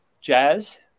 Jazz